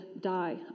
die